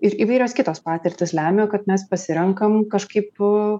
ir įvairios kitos patirtys lemia kad mes pasirenkam kažkaip